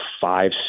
five